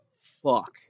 fuck